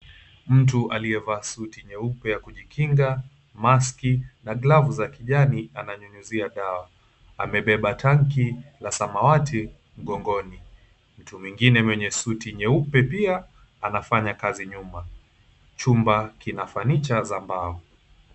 Mtu aliyevalia suti nyeupe, mask na glavu ananyunyizia dawa. Amebeba tanki la samawati mgongoni. Mtu mwingine mwenye suti nyeupe pia anafanya kazi nyuma chumba kina furniture za mbao.